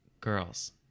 girls